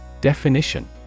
Definition